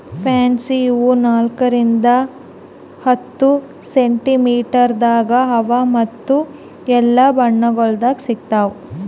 fancy ಹೂವು ನಾಲ್ಕು ರಿಂದ್ ಹತ್ತು ಸೆಂಟಿಮೀಟರದಾಗ್ ಅವಾ ಮತ್ತ ಎಲ್ಲಾ ಬಣ್ಣಗೊಳ್ದಾಗ್ ಸಿಗತಾವ್